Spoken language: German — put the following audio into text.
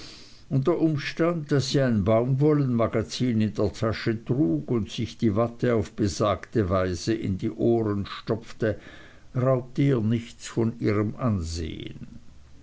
und der umstand daß sie ein baumwollenmagazin in der tasche trug und sich die watte auf besagte weise in die ohren stopfte raubte ihr nichts von ihrem ansehen